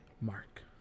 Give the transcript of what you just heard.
Mark